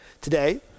Today